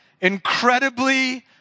incredibly